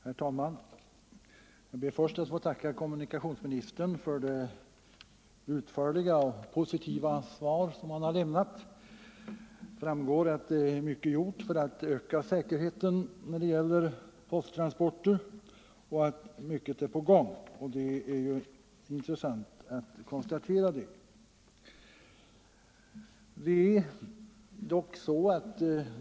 Herr talman! Jag ber först att få tacka kommunikationsministern för det utförliga och positiva svar som han har lämnat. Det framgår att mycket gjorts för att öka säkerheten när det gäller posttransporter och att mycket är på gång, och det är intressant att konstatera detta.